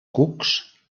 cucs